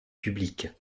publique